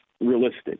realistic